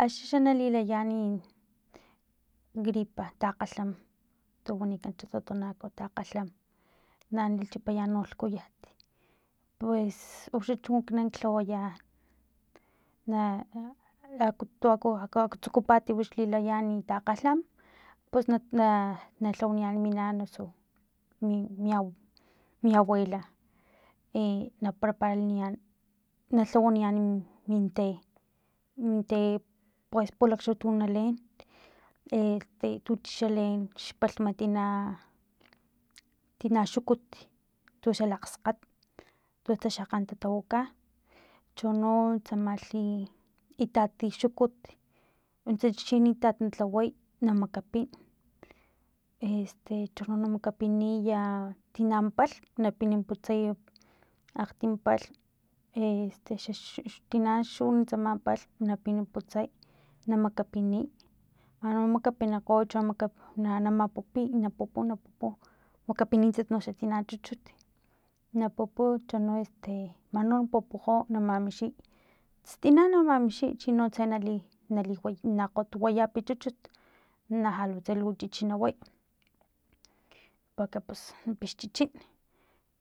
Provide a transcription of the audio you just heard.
Axi xa nalilayan gripa takgalham tu wanikan xa totonaco takgalham na na chipayan no lhkuyat pues tuxa ekinan lhawaya na tu aku aktsukupat wix lilayan talgalham pus na na nalhawaniyan mi nana osu mi abu mi abuela e na prepararliniyan na lhawaniyan min te min te pues pulaktutu na leen e este tuxa leen xpalhma tian tina xukut tu xalakgskgat tuxa kgantutu tawaka chono tsamalhi itati xukut nuntsatsa chi itat na lhaway na makapin este chono na makapiniya tina palhm pina putsaya akgtim palhm este xa xatina xun tsama palhm na pina putsay na makapiniy man no na makapinikgoy cho na na mapuliy na pupu na pupu makapinitats tina chuchut na puputsa no este man no na pupukgo na mamixiy stian na mamixiy chini tse nali naliway na kgotwayapi chuchut na lhalu tse lu chichi na way porque pus na pixchichin